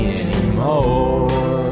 anymore